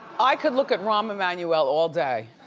i could look at rahm emanuel all day.